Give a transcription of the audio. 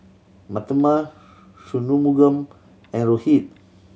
Mahatma Shunmugam and Rohit